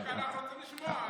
רוצים לשמוע.